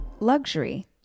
Luxury